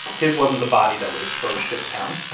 his wasn't the body that would expose shittown.